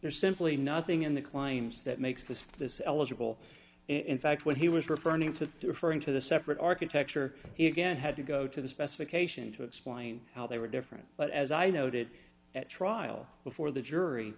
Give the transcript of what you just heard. there's simply nothing in the claims that makes this this eligible and in fact what he was returning from referring to the separate architecture he again had to go to the specification to explain how they were different but as i noted at trial before the jury